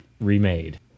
remade